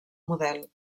model